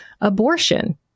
abortion